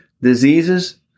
diseases